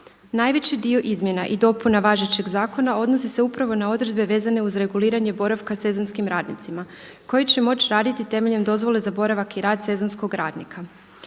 Najveći dio izmjena i dopuna važećeg zakona odnosi se upravo na odredbe vezane uz reguliranje boravka sezonskim radnicima koji će moći raditi temeljem dozvole za boravak i rad sezonskog radnika,